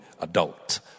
adult